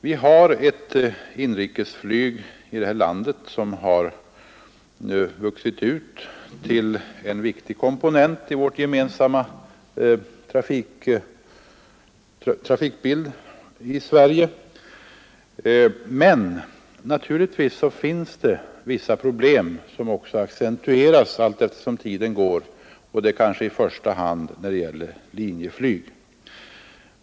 Vi har i vårt land ett inrikesflyg som har vuxit ut till en viktig komponent i den svenska trafikbilden. Men naturligtvis finns det vissa problem, som också accentueras allteftersom tiden går, och det gäller kanske i första hand Linjeflyg.